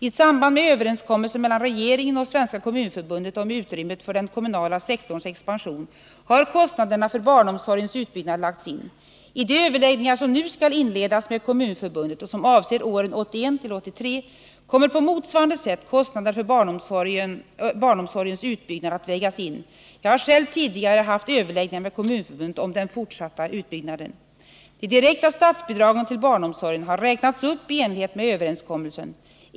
I samband med överenskommelser mellan regeringen och Svenska kommunförbundet om utrymmet för den kommunala sektorns expansion har kostnaderna för barnomsorgens utbyggnad lagts in. I de överläggningar som nu skall inledas med Kommunförbundet och som avser åren 1981-1983 kommer på motsvarande sätt kostnaderna för barnomsorgens utbyggnad att vägas in. Jag har själv tidigare haft överläggningar med Kommunförbundet om den fortsatta utbyggnaden. De direkta statsbidragen till barnomsorgen har räknats upp i enlighet med - överenskommelsen.